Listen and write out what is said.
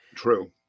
True